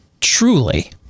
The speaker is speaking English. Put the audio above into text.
truly